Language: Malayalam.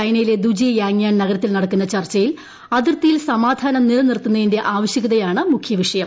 ചൈനയിലെ ദുജി യാങ്യാൻ നഗരത്തിൽ നടക്കുന്ന ചർച്ചയിൽ അതിർത്തിയിൽ സമാധാനം നിലനിർത്തുന്നതിന്റെ ആവശ്യകതയാണ് മുഖ്യ വിഷയം